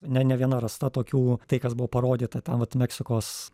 ne neviena rasta tokių tai kas buvo parodyta ten vat meksikos